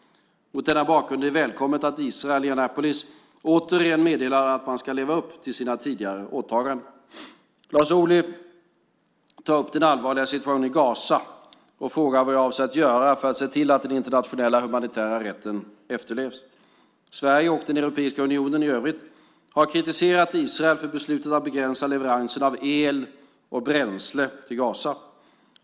Mot denna bakgrund är det välkommet att Israel i Annapolis återigen meddelade att man ska leva upp till sina tidigare åtaganden. Lars Ohly tar upp den allvarliga situationen i Gaza och frågar vad jag avser att göra för att se till att den internationella humanitära rätten efterlevs. Sverige och Europeiska unionen har kritiserat Israel för beslutet att begränsa leveranserna av el och bränsle till Gaza.